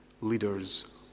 leaders